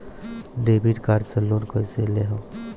Debit card से loan कईसे लेहम?